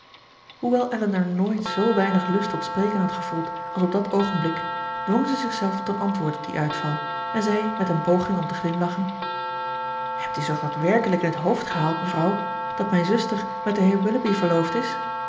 hoewel elinor nooit z weinig lust tot spreken had gevoeld als op dat oogenblik dwong zij zichzelf tot een antwoord op dien uitval en zei met een poging om te glimlachen hebt u zich dat werkelijk in het hoofd gehaald mevrouw dat mijn zuster met den heer willoughby verloofd is